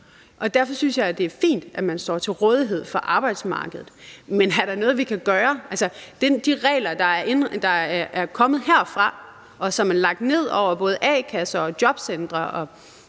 derfor synes jeg, det er fint, at man står til rådighed for arbejdsmarkedet. Men er der noget, vi kan gøre? Altså, de regler, der er kommet herfra, og som er lagt ned over både a-kasser og jobcentre